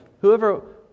whoever